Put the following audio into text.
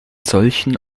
solchen